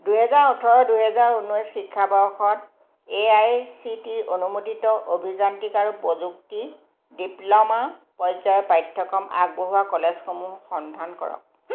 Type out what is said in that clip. দুই হেজাৰ ওঠৰ দুই হেজাৰ ঊনৈছ শিক্ষাবৰ্ষত এ আই চি টিৰ অনুমোদিত অভিযান্ত্ৰিক আৰু প্ৰযুক্তিৰ ডিপ্ল'মা পৰ্যায়ৰ পাঠ্যক্ৰম আগবঢ়োৱা কলেজসমূহৰ সন্ধান কৰক